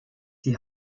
die